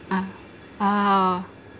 ah ah oh